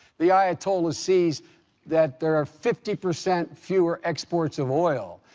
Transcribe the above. the ayatollah sees that there are fifty percent fewer exports of oil.